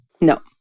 no